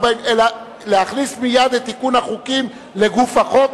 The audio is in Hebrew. אלא להכניס מייד את תיקון החוקים לגוף החוק,